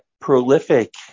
prolific